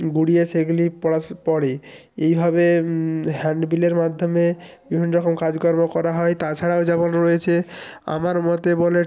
ঘুরিয়ে সেইগুলি পড়াস পড়ে এইভাবে হ্যান্ড বিলের মাধ্যমে বিভিন্ন রকম কাজকর্ম করা হয় তাছাড়াও যেমন রয়েছে আমার মতে বলে